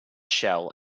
shell